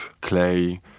clay